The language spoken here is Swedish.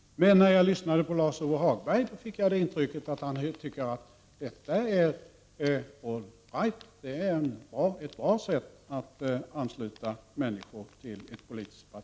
Men när jag lyssnade på Lars-Ove Hagberg fick jag ett intryck av att han tycker att den är all right, att den är ett bra sätt att ansluta människor till ett politiskt parti.